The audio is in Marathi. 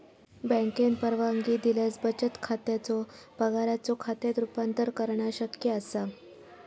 बँकेन परवानगी दिल्यास बचत खात्याचो पगाराच्यो खात्यात रूपांतर करणा शक्य असा